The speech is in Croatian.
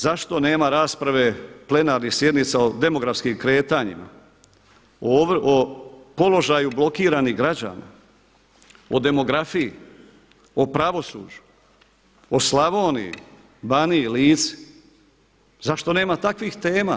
Zašto nema rasprave plenarnih sjednica o demografskim kretanjima o položaju blokiranih građana, o demografiji, o pravosuđu, o Slavoniji, Baniji, Lici zašto nema takvih tema?